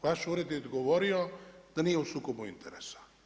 Vaš ured je odgovorio da nije u sukobu interesa.